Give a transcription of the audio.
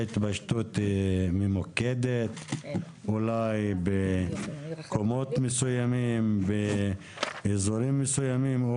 התפרצות ממוקדת במקומות או באזורים מסוימים.